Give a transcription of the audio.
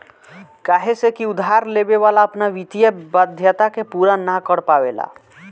काहे से की उधार लेवे वाला अपना वित्तीय वाध्यता के पूरा ना कर पावेला